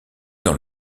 dans